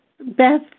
beth